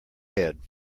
head